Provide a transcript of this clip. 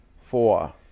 four